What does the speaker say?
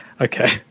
Okay